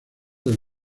del